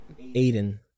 Aiden